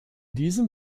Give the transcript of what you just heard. diesem